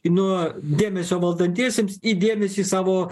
nuo dėmesio valdantiesiems į dėmesį savo